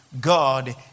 God